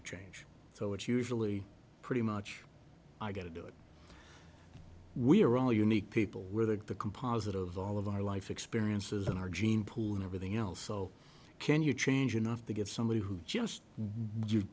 to change so it's usually pretty much i got to do it we're all unique people where they get the composite of all of our life experiences in our gene pool and everything else so can you change enough to give somebody who just